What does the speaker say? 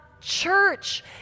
church